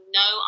no